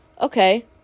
okay